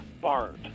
Bart